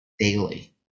daily